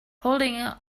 holding